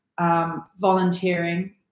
volunteering